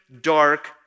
dark